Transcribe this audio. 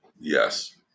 Yes